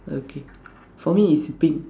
okay for me it's pink